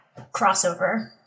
crossover